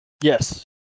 Yes